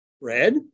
red